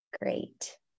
Great